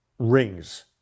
rings